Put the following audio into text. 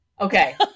Okay